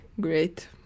Great